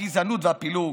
הגזענות והפילוג.